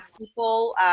people